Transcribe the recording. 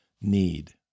need